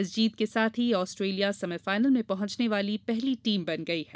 इस जीत के साथ ही ऑस्ट्रेलिया सेमीफाइनल में पहुंचने वाली पहली टीम बन गई है